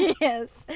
Yes